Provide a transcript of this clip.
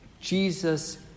Jesus